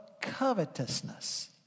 covetousness